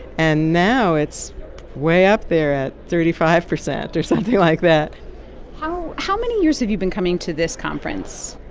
and now it's way up there at thirty five percent or something like that how how many years have you been coming to this conference?